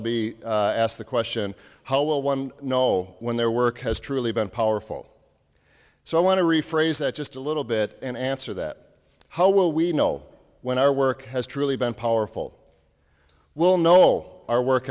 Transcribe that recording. michel be asked the question how will one know when their work has truly been powerful so i want to rephrase that just a little bit and answer that how will we know when our work has truly been powerful will know our work